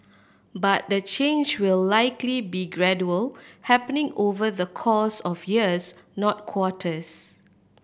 but the change will likely be gradual happening over the course of years not quarters